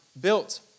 built